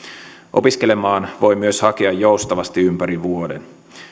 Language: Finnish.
opiskelemaan voi myös hakea joustavasti ympäri vuoden